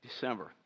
December